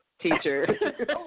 teacher